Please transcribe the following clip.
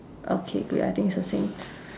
okay good I think it's the same